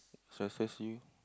stresses you